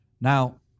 Now